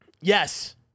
yes